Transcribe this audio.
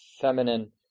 feminine